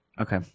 Okay